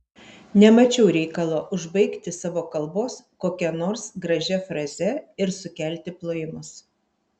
nemačiau reikalo užbaigti savo kalbos kokia nors gražia fraze ir sukelti plojimus